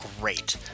great